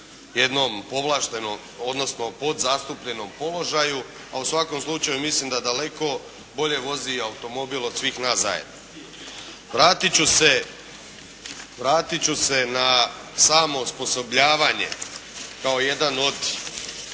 jednom povlaštenom odnosno podzastupljenom položaju. A u svakom slučaju mislim da daleko bolje vozi automobil od svih nas zajedno. Vratit ću se na samo osposobljavanje kao jedan od